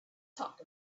talk